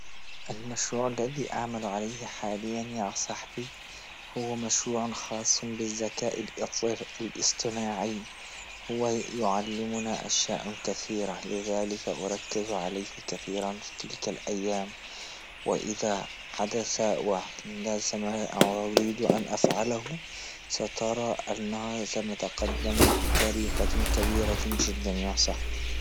المشروع الذي أعمل عليه حاليا يا صاحبي هو مشروع خاص بالذكاء الا- الاصطناعي، هو يعلمنا أشياء كثيرة لذلك أركز عليه كثيرا في تلك الايام، واذا حدث أن أفعله سترى أنها سنتقدم بطريقة كبيرة جدا يا صاحبي.